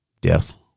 Death